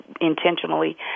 intentionally